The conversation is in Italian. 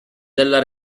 della